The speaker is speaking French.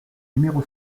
numéro